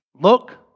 look